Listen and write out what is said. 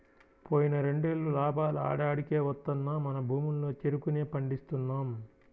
పోయిన రెండేళ్ళు లాభాలు ఆడాడికే వత్తన్నా మన భూముల్లో చెరుకునే పండిస్తున్నాం